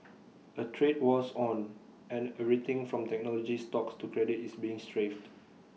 A trade war's on and everything from technology stocks to credit is being strafed